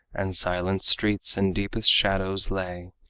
and silent streets in deepest shadows lay,